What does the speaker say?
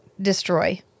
destroy